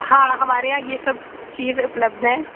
ہاں ہمارے یہاں یہ سب چیز اپلبدھ ہیں